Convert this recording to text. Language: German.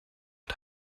und